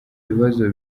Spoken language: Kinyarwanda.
bibazo